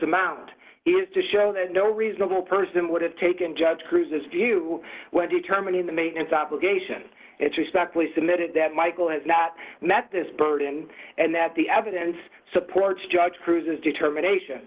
amount is to show that no reasonable person would have taken judge cruz's view when determining the maintenance obligation it's respectfully submitted that michael has not met this burden and that the evidence supports judge cruz's determination